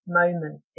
moment